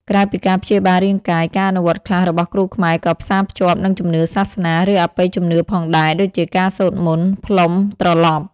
ក្រៅពីការព្យាបាលរាងកាយ ការអនុវត្តខ្លះរបស់គ្រូខ្មែរក៏ផ្សារភ្ជាប់នឹងជំនឿសាសនា ឬអបិយជំនឿផងដែរ ដូចជាការសូត្រមន្ត ផ្លុំត្រឡប់។